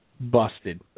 Busted